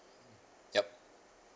yup